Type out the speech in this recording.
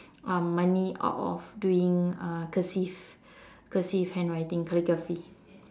um money out of doing uh cursive cursive handwriting calligraphy